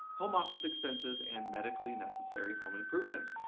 home office expenses, and medically necessary home improvements.